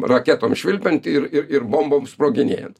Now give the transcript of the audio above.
raketom švilpiant ir ir ir bomboms sproginėjant